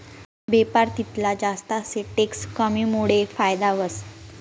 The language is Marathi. बेपार तितला जास्त शे टैक्स कमीमुडे फायदा व्हस